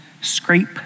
scrape